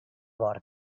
bord